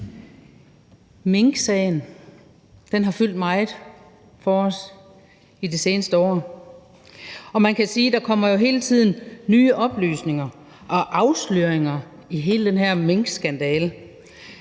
minksagen har fyldt meget det seneste år, og man kan jo sige, at der hele tiden kommer nye oplysninger og afsløringer i hele den her minkskandale.